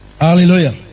Hallelujah